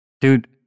Dude